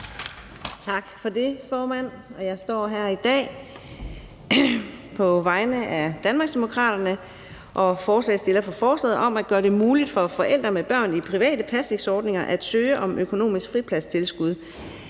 Tak for det, formand. Jeg står her i dag på vegne af Danmarksdemokraterne og er forslagsstiller for forslaget om at gøre det muligt for forældre med børn i private pasningsordninger at søge om økonomisk fripladstilskud.